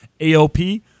AOP